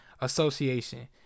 Association